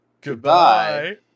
Goodbye